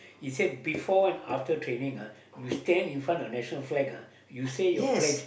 he said before and after training ah you stand in front of national flag ah you say your pledge